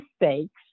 mistakes